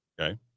okay